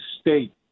State